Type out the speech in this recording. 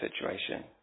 situation